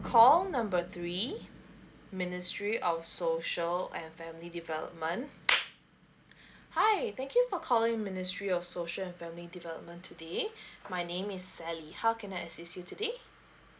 call number three ministry of social and family development hi thank you for calling ministry of social and family development today my name is sally how can I assist you today